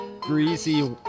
greasy